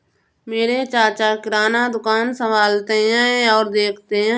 मेरे चाचा किराना दुकान संभालते और देखते हैं